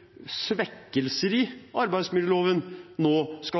å svekke arbeidsmiljøloven,